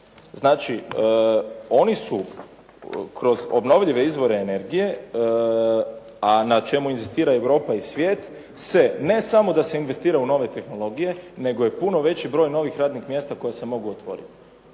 Znači, oni su kroz obnovljive izvore energije a na čemu inzistira Europa i svijet se ne samo da se investira u nove tehnologije nego je puno veći broj novih radnih mjesta koja se mogu otvoriti.